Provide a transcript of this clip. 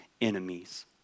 enemies